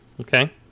Okay